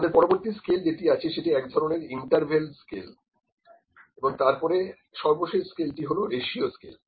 আমাদের পরবর্তী স্কেল যেটি আছে সেটি এক ধরনের ইন্টারভেল স্কেল এবং তারপরের সর্বশেষ স্কেলটি হলো রেশিও স্কেল